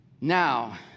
now